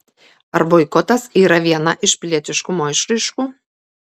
ar boikotas yra viena iš pilietiškumo išraiškų